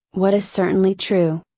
what is certainly true.